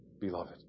beloved